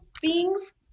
beings